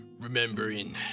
remembering